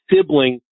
sibling